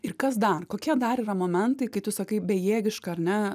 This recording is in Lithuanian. ir kas dar kokie dar yra momentai kai tu sakai bejėgiška ar ne